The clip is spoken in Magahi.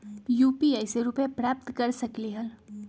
यू.पी.आई से रुपए प्राप्त कर सकलीहल?